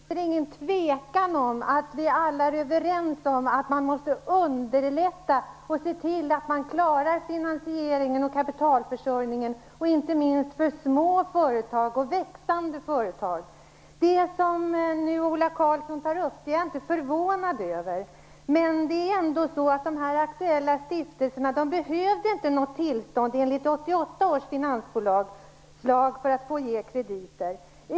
Herr talman! Det råder inga tvivel om att vi alla är överens om att man måste underlätta och se till att man klarar finansieringen och kapitalförsörjningen inte minst för små företag och växande företag. Jag är inte förvånad över att Ola Karlsson tog upp den här frågan. De aktuella stiftelserna behövde inte något tillstånd för att få ge krediter enligt 1988 års finansbolagslag.